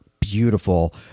beautiful